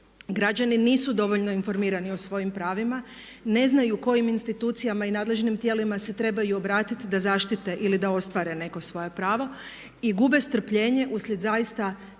Građani nisu dovoljno informirani o svojim pravima, ne znaju kojim institucijama i nadležnim tijelima se trebaju obratiti da zaštite ili da ostvare neko svoje pravo i gube strpljenje uslijed zaista često